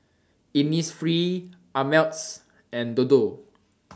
Innisfree Ameltz and Dodo